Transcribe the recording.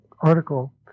article